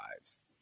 lives